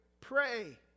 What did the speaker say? pray